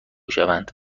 شوند